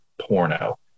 porno